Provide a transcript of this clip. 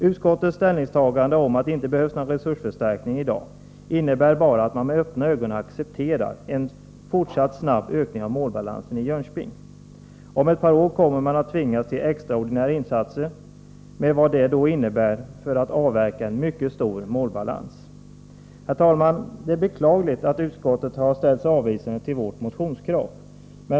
Utskottets ställningstagande, att det inte behövs någon resursförstärkning i dag, innebär bara att man med öppna ögon accepterar en fortsatt snabb ökning av målbalansen i Jönköping. Om ett par år kommer man att tvingas till extraordinära insatser med vad detta då innebär när det gäller att avverka en mycket stor målbalans. Herr talman! Det är beklagligt att utskottet har ställt sig avvisande till vårt motionskrav.